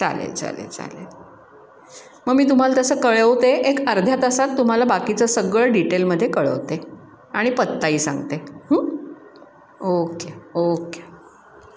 चालेल चालेल चालेल मग मी तुम्हाला तसं कळवते एक अर्ध्या तासात तुम्हाला बाकीचं सगळं डिटेलमध्ये कळवते आणि पत्ताही सांगते ओके ओके